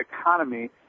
economy